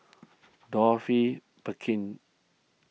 Dorothy Perkins